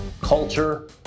culture